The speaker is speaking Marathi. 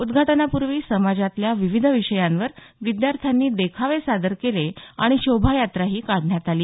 उद्घाट्नापूर्वी समाजातम्या विविध विषयांवर विद्यार्थ्यांनी देखावे सादर केले आणि शोभायात्रा ही काढण्यात आली